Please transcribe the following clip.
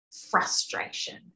frustration